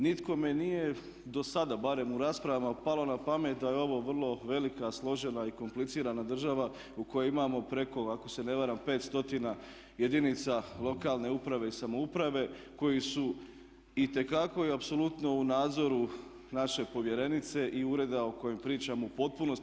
Nikome nije dosada barem u raspravama palo na pamet da je ovo vrlo velika, složena i komplicirana država u kojoj imamo preko ako se ne varam 500 jedinica lokalne uprave i samouprave koji su itekako i apsolutno u nadzoru naše povjerenice i ureda o kojem pričamo, u potpunosti.